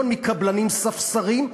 מקבלנים ספסרים,